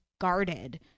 guarded